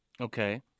Okay